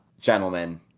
Gentlemen